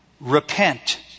Repent